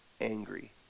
angry